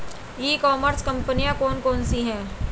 ई commerce कंपनियाँ कौन कौन सी हैं?